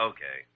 Okay